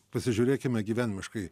pasižiūrėkime gyvenimiškai